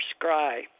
scry